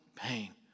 Pain